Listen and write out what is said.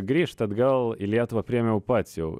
grįžt atgal į lietuvą priėmiau pats jau